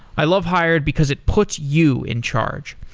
i love hired because it puts you in charge.